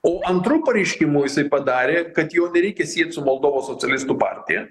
o antru pareiškimu jisai padarė kad jo nereikia siet su moldovos socialistų partija